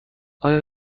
آیا